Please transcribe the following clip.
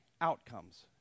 outcomes